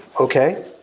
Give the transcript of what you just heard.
okay